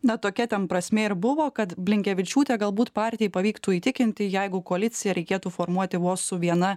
na tokia ten prasmė ir buvo kad blinkevičiūtę galbūt partijai pavyktų įtikinti jeigu koaliciją reikėtų formuoti vos su viena